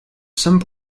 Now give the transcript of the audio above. some